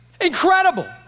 incredible